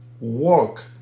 work